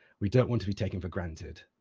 we don't want to be taken for granted.